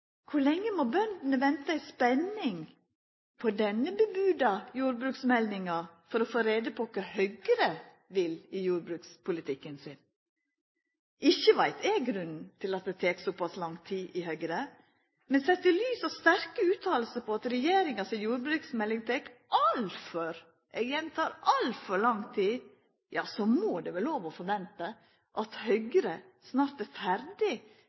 Kor lenge må bøndene venta i spenning på denne varsla jordbruksmeldinga for å få greie på kva Høgre vil i jordbrukspolitikken sin? Ikkje veit eg grunnen til at det tek såpass lang tid i Høgre, men sett i lys av sterke utsegner om at regjeringa si jordbruksmelding tek altfor – eg gjentek altfor – lang tid, ja så må det vera lov å forventa at Høgre snart er ferdig